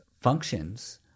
functions